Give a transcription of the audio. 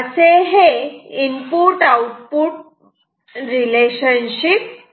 असे हे input output relationship आहे